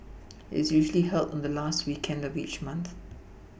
it's usually held on the last weekend of each month